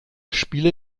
spiele